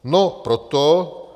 No proto...